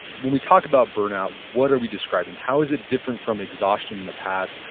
when we talk about burnout, what are we describing? how is it different from exhaustion in the past?